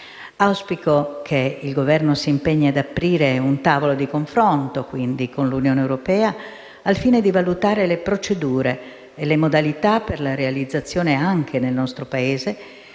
Auspico che il Governo si impegni ad aprire un tavolo di confronto con l'Unione europea al fine di valutare le procedure e le modalità per la realizzazione, anche nel nostro Paese,